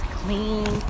clean